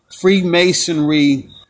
freemasonry